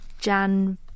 Jan